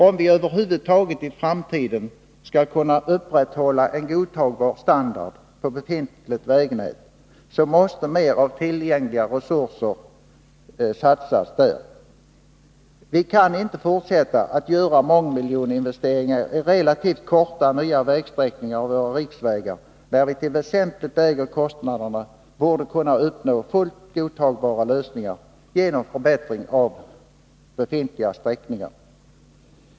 Om vi i framtiden över huvud taget skall kunna upprätthålla en godtagbar standard på befintligt vägnät, måste mer'av tillgängliga resurser satsas där. Vi kan inte fortsätta att göra mångmiljoninvesteringar i relativt korta nya sträckningar av våra riksvägar, när vi till väsentligt lägre kostnader borde kunna uppnå fullt godtagbara lösningar genom förbättring av befintliga sträckningar.